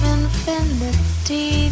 infinity